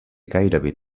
gairebé